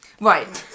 Right